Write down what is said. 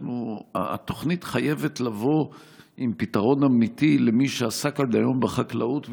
התוכנית חייבת לבוא עם פתרון אמיתי למי שעסק עד היום בחקלאות,